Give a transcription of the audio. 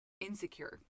insecure